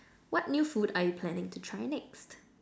what new food are you planning to try next